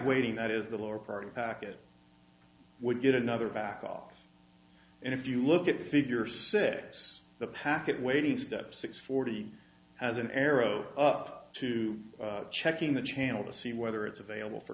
waiting that is the lower part of the packet would get another back off and if you look at figure six the packet waiting step six forty as an arrow up to checking the channel to see whether it's available for